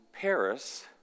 Paris